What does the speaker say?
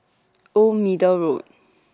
Old Middle Road